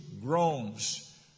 groans